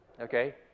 okay